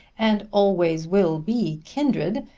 and always will be kindred,